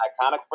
Iconic